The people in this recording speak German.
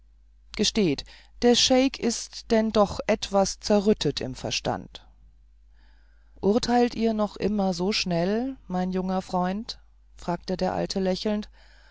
gesteht der scheik ist denn doch etwas zerrüttet im verstand urteilet ihr noch immer so schnell mein junger freund fragte der alte lächelnd